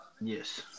Yes